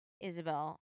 Isabel